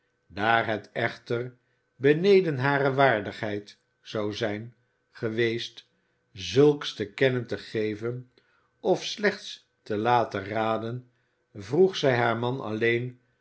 daar het echter beneden hare waardigheid zou zijn geweest zulks te kennen te geven of slechts te laten raden vroeg zij haar man alleen